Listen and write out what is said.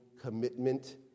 commitment